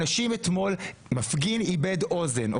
אתמול מפגין איבד אוזן.